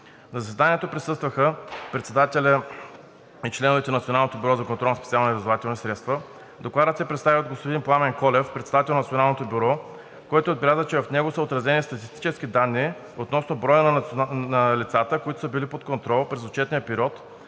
На заседанието присъстваха председателят и членовете на Националното бюро за контрол на специалните разузнавателни средства. Докладът се представи от господин Пламен Колев – председател на Националното бюро, който отбеляза, че в него са отразени статистически данни относно броя на лицата, които са били под контрол през отчетния период,